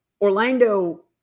Orlando